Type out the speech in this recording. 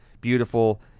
beautiful